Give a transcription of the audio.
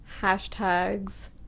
hashtags